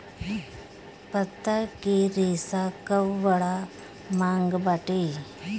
पत्ता के रेशा कअ बड़ा मांग बाटे